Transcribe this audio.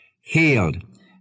healed